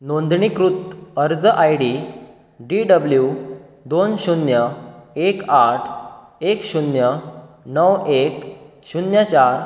नोंदणी कृत अर्ज आयडी डी डबल्यू दोन शुन्य एक आठ एक शुन्य णव एक शुन्य चार